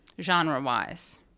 genre-wise